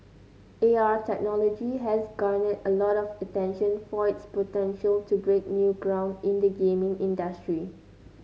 A R technology has garnered a lot of attention for its potential to break new ground in the gaming industry